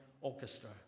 orchestra